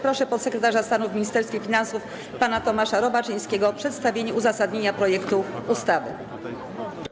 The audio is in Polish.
Proszę podsekretarza stanu w Ministerstwie Finansów pana Tomasza Robaczyńskiego o przedstawienie uzasadnienia projektu ustawy.